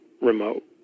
remote